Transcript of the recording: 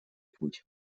путь